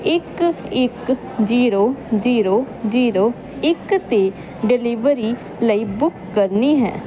ਇੱਕ ਇੱਕ zero zero zero ਇੱਕ 'ਤੇ ਡਿਲੀਵਰੀ ਲਈ ਬੁੱਕ ਕਰਨੀ ਹੈ